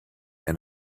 and